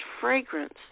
fragrance